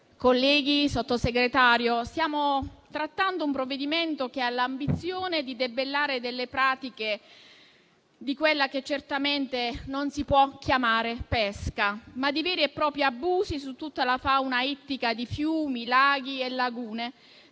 colleghi, signor Sottosegretario, stiamo trattando un provvedimento che ha l'ambizione di debellare delle pratiche che non possono certamente essere ricondotte alla pesca, ma a veri e propri abusi su tutta la fauna ittica di fiumi, laghi e lagune,